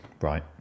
Right